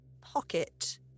pocket